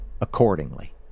accordingly